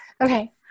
Okay